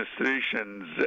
administrations